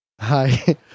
Hi